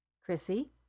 Chrissy